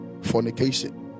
Fornication